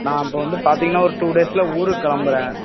நான் இப்போ வந்து பார்த்திங்கன்னா ஒரு டூ டேஸில் ஊருக்கு கிளம்புறன்